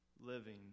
living